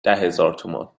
هزارتومان